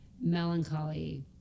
melancholy